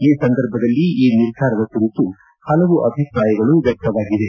ಈ ಸಂದರ್ಭದಲ್ಲಿ ಈ ನಿರ್ಧಾರದ ಕುರಿತು ಪಲವು ಅಭಿಪ್ರಾಯಗಳು ವ್ಯಕ್ತವಾಗಿವೆ